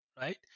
right